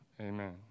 amen